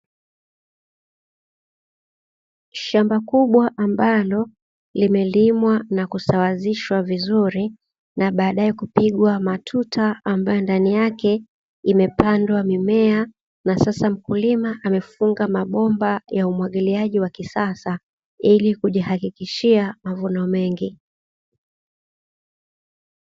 Shamba kubwa ambalo limelimwa na kusawazishwa vizuri na baadae kupigwa matuta, ambayo ndani yake imepandwa mimea na sasa mkulima amefunga mabomba ya umwagiliaji wa kisasa ilikujihakikishia mavuno mengi.